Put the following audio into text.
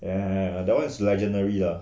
ya ya that one is legendary ah